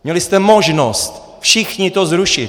Měli jste možnost všichni to zrušit.